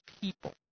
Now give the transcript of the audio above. people